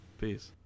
peace